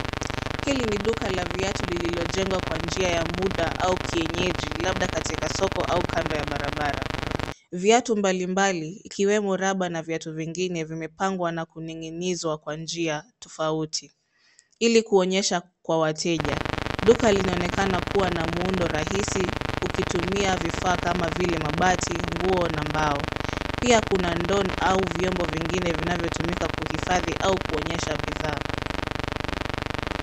Hili ni duka la viatu lililo jengwa kwa njia ya muda au kienyeji labda katika soko au kando ya barabara. Viatu mbalimbali ikiwemo raba na viatu vingine vimepangwa na kuning'inizwa kwa njia tofauti ili kuonyesha kwa wateja. Duka linaonekana kuwa na muundo rahisi ukitumia vifaa kama vile mabati nguo na mbao. Pia kuna ndoo au vyombo vingine vinavyotumika kuhifadhi au kuonesha bidhaa.